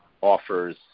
offers